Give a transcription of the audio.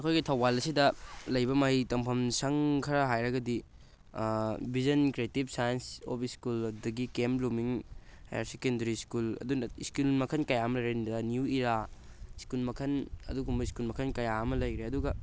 ꯑꯩꯈꯣꯏꯒꯤ ꯊꯧꯕꯥꯜ ꯑꯁꯤꯗ ꯂꯩꯕ ꯃꯍꯩ ꯇꯝꯐꯝ ꯁꯪ ꯈꯔ ꯍꯥꯏꯔꯒꯗꯤ vision creative science of school ꯑꯗꯒꯤ K M blooming higher secondary school ꯑꯗꯨꯅ ꯁ꯭ꯀꯨꯜ ꯃꯈꯜ ꯀꯌꯥ ꯑꯃ ꯅꯤꯌꯨ ꯏꯔꯥ ꯁ꯭ꯀꯨꯜ ꯃꯈꯜ ꯑꯗꯨꯒꯨꯝꯕ ꯁ꯭ꯀꯨꯜ ꯃꯈꯜ ꯀꯌꯥ ꯑꯃ ꯂꯩꯈ꯭ꯔꯦ ꯑꯗꯨꯒ